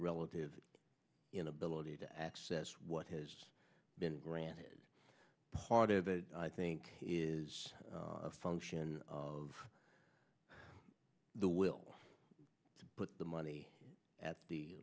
relative inability to access what has been granted part of it i think is a function of the will to put the money at the